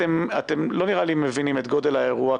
אתם לא נראה לי מבינים את גודל האירוע,